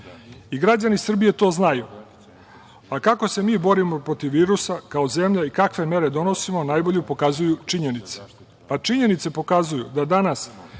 i građani Srbije to znaju, a kako se mi borimo protiv virusa kao zemlja i kakve mere donosimo, najbolje pokazuju činjenice, a činjenice pokazuju da danas